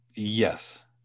Yes